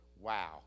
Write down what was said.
Wow